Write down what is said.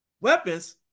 weapons